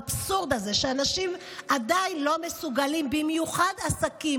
האבסורד הזה שבו אנשים ובמיוחד עסקים